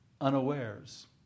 unawares